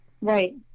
Right